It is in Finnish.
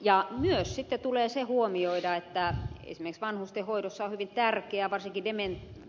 ja myös sitten se tulee huomioida että esimerkiksi vanhustenhoidossa on hyvin tärkeää varsinkin